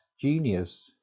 Genius